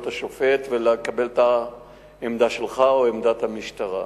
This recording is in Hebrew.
השופט ולקבל את העמדה שלך או את עמדת המשטרה.